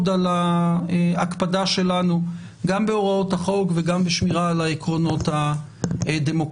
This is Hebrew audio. על ההקפדה שלנו גם בהוראות החוק וגם בשמירה על העקרונות הדמוקרטיים.